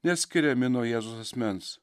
neatskiriami nuo jėzaus asmens